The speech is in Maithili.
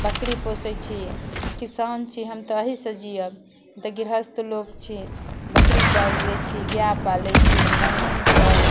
बकरी पोसै छी किसान छी हम तऽ एहिसँ जिअब हम तऽ गृहस्थ लोक छी बकरी पालि लै छी गाइ पालै छी महीँस अइ